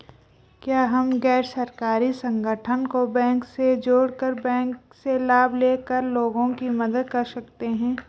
क्या हम गैर सरकारी संगठन को बैंक से जोड़ कर बैंक से लाभ ले कर लोगों की मदद कर सकते हैं?